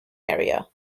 area